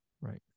Right